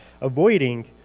avoiding